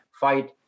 fight